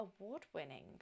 award-winning